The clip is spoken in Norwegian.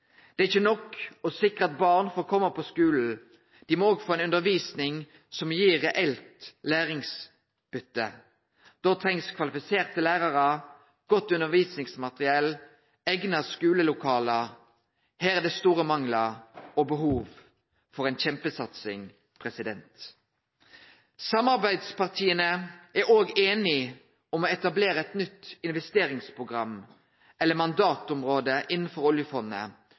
Det er ikkje nok å sikre at barn får komme på skulen; dei må òg få ei undervisning som gir reelt læringsutbytte. Då treng ein kvalifiserte lærarar, godt undervisningsmateriell, eigna skulelokale. Her er det store manglar og behov for ei kjempesatsing. Samarbeidspartia er òg einige om å etablere eit nytt investeringsprogram, eller mandatområde, innanfor oljefondet